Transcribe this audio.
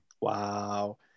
wow